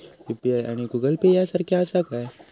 UPI आणि Google Pay एक सारख्याच आसा?